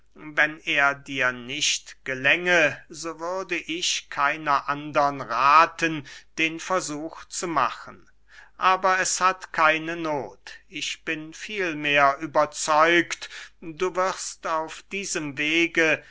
wenn er dir nicht gelänge so würde ich keiner andern rathen den versuch zu machen aber es hat keine noth ich bin vielmehr überzeugt du wirst auf diesem wege